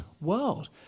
world